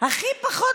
הכי פחות